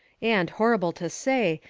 and horrible to say!